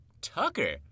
Tucker